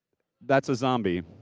that's a zombie.